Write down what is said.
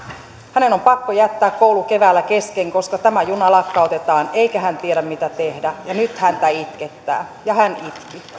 hänen on pakko jättää koulu keväällä kesken koska tämä juna lakkautetaan eikä hän tiedä mitä tehdä ja nyt häntä itkettää ja hän itki y